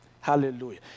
Hallelujah